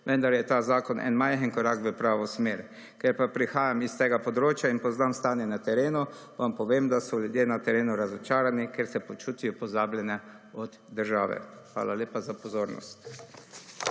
vendar je ta zakon en majhen korak v pravo smer. Ker pa prihajam iz tega področja in poznam stanje na terenu, vam povem, da so ljudje na terenu razočarani, ker se počutijo pozabljene od države. Hvala lepa za pozornost.